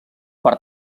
per